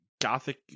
Gothic